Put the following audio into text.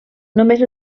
només